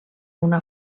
una